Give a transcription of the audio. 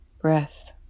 breath